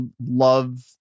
love